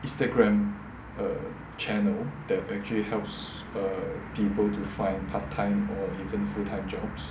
instagram err channel that actually helps err people to find part time or even full time jobs